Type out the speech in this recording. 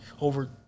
over